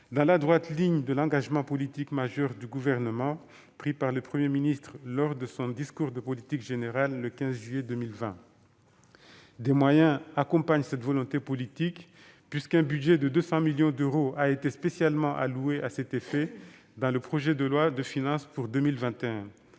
dans la droite ligne de l'engagement politique majeur pris par le Premier ministre lors de son discours de politique générale, le 15 juillet 2020. Des moyens accompagnent cette volonté politique, puisqu'un budget de 200 millions d'euros a été spécialement alloué à cet effet dans le projet de loi de finances pour 2021.